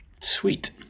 Sweet